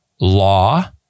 law